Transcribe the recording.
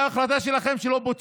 קריית אתא זה החלטה שלנו, לא שלכם.